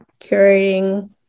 curating